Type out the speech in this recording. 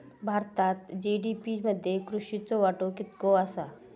भारतात जी.डी.पी मध्ये कृषीचो वाटो कितको आसा?